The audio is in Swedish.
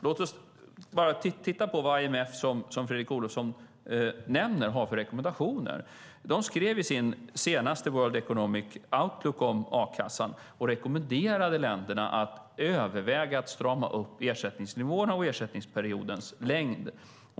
Låt oss bara titta på vad IMF, som Fredrik Olovsson nämner, har för rekommendationer. De skrev i sin senaste World Economic Outlook om a-kassan och rekommenderade länderna att överväga att strama upp ersättningsnivåerna och ersättningsperiodens längd.